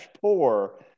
poor